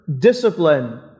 discipline